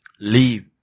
leave